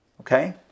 Okay